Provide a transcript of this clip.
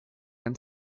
and